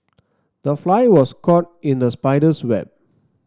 the fly was caught in the spider's web